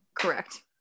Correct